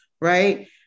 right